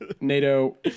NATO